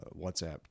WhatsApp